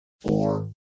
four